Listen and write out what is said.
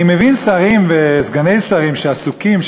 אני מבין שרים וסגני שרים שעסוקים,